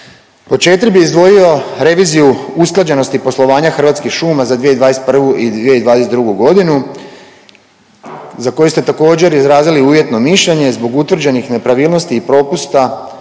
Pod 4 bih izdvojio reviziju usklađenosti poslovanja Hrvatskih šuma za 2021. i 2022. godinu za koju ste također izrazili uvjetno mišljenje zbog utvrđenih nepravilnosti i propusta sad ću